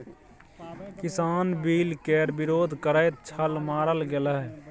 किसान बिल केर विरोध करैत छल मारल गेलाह